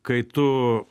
kai tu